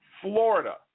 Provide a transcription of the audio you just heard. florida